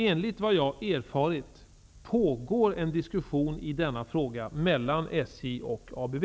Enligt vad jag erfarit pågår en diskussion i denna fråga mellan SJ och ABB.